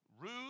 rude